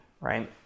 right